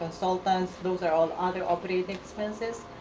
consultants. those are all other operating expenses,